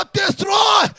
destroy